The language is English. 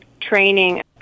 training